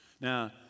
Now